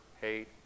hate